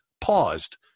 paused